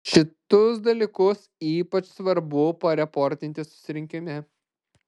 šitus dalykas ypač svarbu pareportinti susirinkime